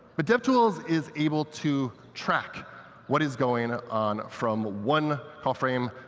but devtools is able to track what is going on from one call frame,